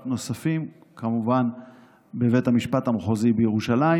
נוספים וכמובן בבית המשפט המחוזי בירושלים.